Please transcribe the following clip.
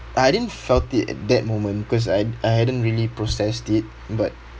I didn't felt it at that moment cause I I hadn't really processed it but